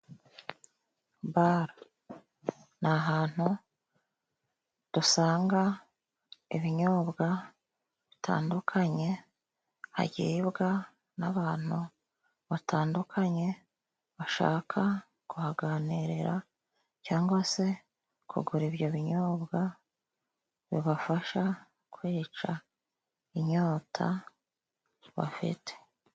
Bare nahantu dusanga ibinyobwa bitandukanye, hagibwa n'abantu batandukanye bashaka kuhaganirira cyangwa se kugura ibyo binyobwa bibafasha kwica inyota bafite.